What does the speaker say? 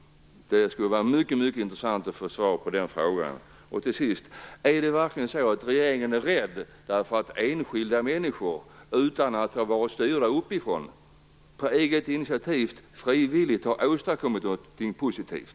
Det skulle vara mycket intressant att få svar på den frågan. Är det verkligen så att regeringen är rädd därför att enskilda människor, utan att ha varit styrda uppifrån, på eget initiativ frivilligt har åstadkommit något positivt?